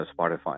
Spotify